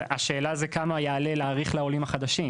אבל השאלה היא כמה יעלה להעריך לעולים החדשים.